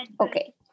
Okay